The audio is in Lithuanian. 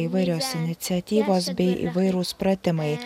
įvairios iniciatyvos bei įvairūs pratimai